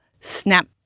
Snap